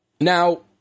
Now